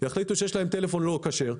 יחליט שיש לו טלפון לא כשר,